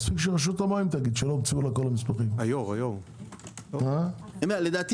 מספיק שרשות המים תגיד שלא הומצאו לה כל המסמכים אתם רוצים